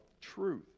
truth